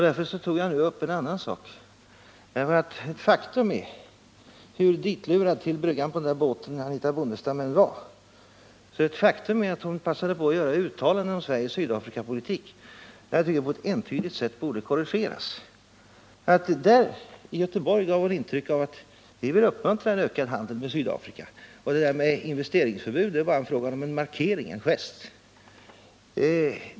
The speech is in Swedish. Därför tog jag nu upp verkan vid invigen annan sak: Faktum är att hur ditlurad till bryggan på den där båten Anitha ning av ny sjötra Bondestam än var, så passade hon på att göra uttalanden om Sveriges fiklinje Sydafrikapolitik, som jag tycker på ett entydigt sätt borde korrigeras. I Göteborg gav Anitha Bondestam intryck av att vi vill uppmuntra en ökad handel med Sydafrika och att det där med investeringsförbud bara är fråga om en markering, en gest.